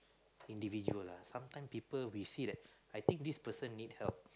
individual lah sometime people we see that I think this person need help